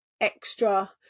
extra